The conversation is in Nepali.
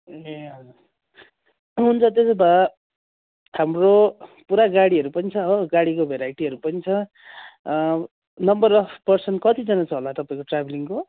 ए हजुर हुन्छ त्यसो भए हाम्रो पुरा गाडीहरू पनि छ हो गाडीको भेराइटीहरू पनि छ नम्बर अफ् पर्सन कतिजना छ होला तपाईँको ट्राभलिङको